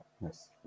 Yes